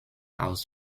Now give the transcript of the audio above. aus